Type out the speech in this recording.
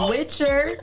Witcher